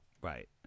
Right